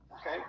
Okay